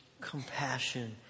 compassion